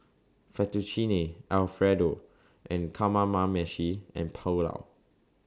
Fettuccine Alfredo and Kamameshi and Pulao